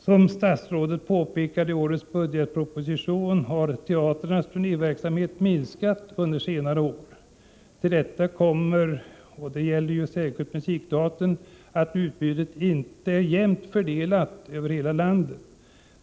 Som statsrådet påpekar i årets budgetproposition har teatrarnas turné verksamhet minskat under senare år. Till detta kommer — det gäller särskilt musikteatern — att utbudet inte är jämnt fördelat över landet.